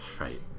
Right